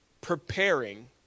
preparing